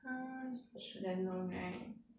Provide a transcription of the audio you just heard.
I should have known right